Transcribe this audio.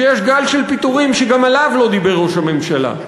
כשיש גל של פיטורים שגם עליו לא דיבר ראש הממשלה,